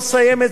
או אתמול,